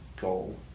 goal